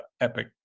epic